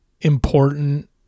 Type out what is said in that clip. important